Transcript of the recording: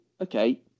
okay